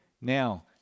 Now